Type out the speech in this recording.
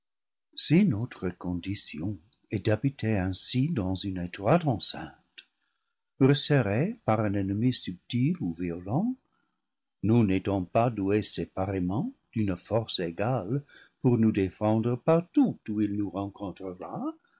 si notre condition est d'habiter ainsi dans une étroite en ceinte resserrés par un ennemi subtil ou violent nous n'étant pas doués séparément d'une force égale pour nous défendre partout où il nous rencontrera